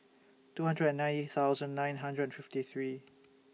two hundred and ninety thousand nine hundred and fifty three